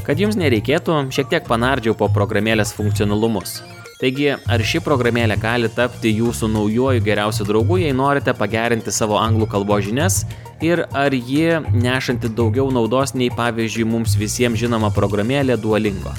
kad jums nereikėtų šiek tiek panardžiau po programėlės funkcionalumus taigi ar ši programėlė gali tapti jūsų naujuoju geriausiu draugu jei norite pagerinti savo anglų kalbos žinias ir ar ji nešanti daugiau naudos nei pavyzdžiui mums visiems žinoma programėlė duolingo